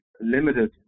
limited